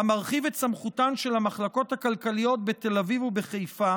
המרחיב את סמכותן של המחלקות הכלכליות בתל אביב ובחיפה